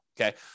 okay